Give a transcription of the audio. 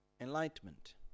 enlightenment